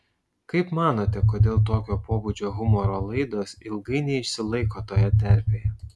kaip manote kodėl tokio pobūdžio humoro laidos ilgai neišsilaiko toje terpėje